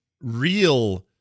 real